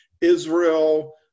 Israel